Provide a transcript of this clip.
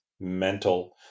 mental